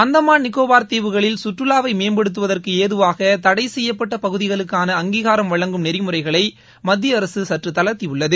அந்தமான் நிகோபார் தீவுகளில் குற்றுவாவை மேம்படுத்துவதற்கு ஏதுவாக தடை செய்யப்பட்ட பகுதிகளுக்கான அங்கீகாரம் வழங்கும் நெறிமுறைகளை மத்திய அரசு சற்று தளா்த்தியுள்ளது